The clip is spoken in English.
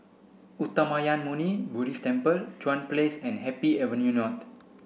Uttamayanmuni Buddhist Temple Chuan Place and Happy Avenue North